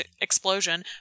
explosion